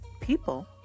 people